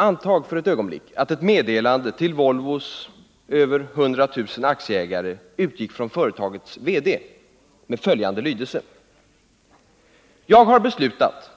Antag för ett ögonblick att ett meddelande till Volvos över 100 000 aktieägare utgick från företagets VD med följande lydelse: Jag har beslutat